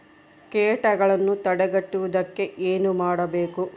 ಕೇಟಗಳನ್ನು ತಡೆಗಟ್ಟುವುದಕ್ಕೆ ಏನು ಮಾಡಬೇಕು?